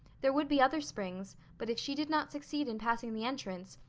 there would be other springs, but if she did not succeed in passing the entrance,